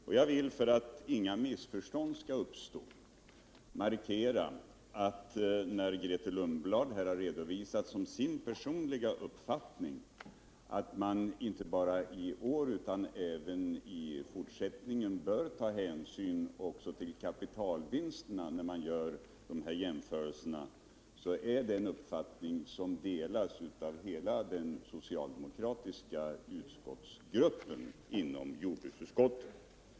Och jag vill för att inga missförstånd skall uppstå markera att Grethe Lundblads personliga uppfattning, som hon redovisade här, att man inte bara i år utan även i fortsättningen bör ta hänsyn också till kapitalvinster när man gör sådana här jämförelser, är en uppfattning som delas av hela den socialdemokratiska utskottsgruppen inom jordbruksutskottet.